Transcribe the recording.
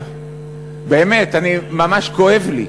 באמת, ממש כואב לי,